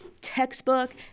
textbook